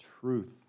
truth